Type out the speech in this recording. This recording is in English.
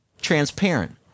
transparent